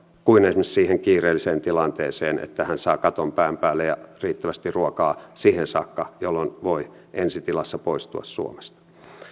kuin esimerkiksi siihen kiireelliseen tilanteeseen että hän saa katon pään päälle ja riittävästi ruokaa siihen saakka jolloin voi ensitilassa poistua suomesta